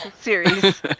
series